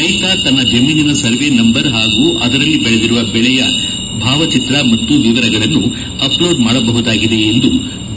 ರೈತ ತನ್ನ ಜಮೀನಿನ ಸರ್ವೆ ನಂಬರ್ ಹಾಗೂ ಅದರಲ್ಲಿ ಬೆಳೆದಿರುವ ಬೆಳೆಯ ಭಾವಚಿತ್ರ ಮತ್ತು ವಿವರಗಳನ್ನು ಅಪ್ಲೋಡ್ ಮಾಡಬಹುದಾಗಿದೆ ಎಂದು ಬಿ